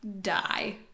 die